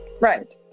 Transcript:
right